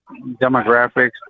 demographics